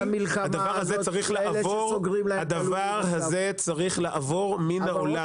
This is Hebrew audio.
הדבר הזה צריך לעבור מן העולם.